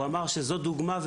הוא אמר שזו דוגמה,